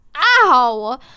Ow